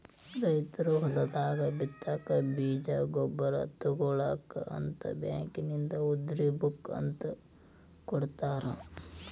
ರೈತರು ಹೊಲದಾಗ ಬಿತ್ತಾಕ ಬೇಜ ಗೊಬ್ಬರ ತುಗೋಳಾಕ ಅಂತ ಬ್ಯಾಂಕಿನಿಂದ ಉದ್ರಿ ಬುಕ್ ಅಂತ ಕೊಡತಾರ